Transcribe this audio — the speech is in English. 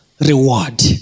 reward